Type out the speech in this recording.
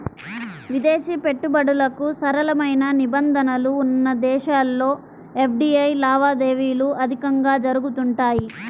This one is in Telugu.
విదేశీ పెట్టుబడులకు సరళమైన నిబంధనలు ఉన్న దేశాల్లో ఎఫ్డీఐ లావాదేవీలు అధికంగా జరుగుతుంటాయి